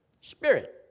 spirit